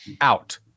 Out